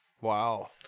Wow